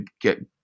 get